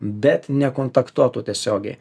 bet nekontaktuotų tiesiogiai